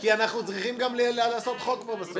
כי אנחנו צריכים גם לעשות חוק פה בסוף.